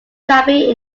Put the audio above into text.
chubby